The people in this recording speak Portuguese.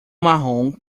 marrom